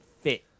fit